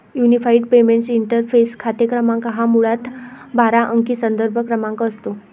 unified payments interface खाते क्रमांक हा मुळात बारा अंकी संदर्भ क्रमांक असतो